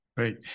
Great